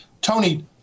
Tony